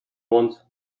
ones